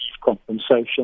compensation